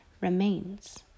remains